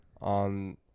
on